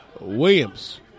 Williams